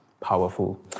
powerful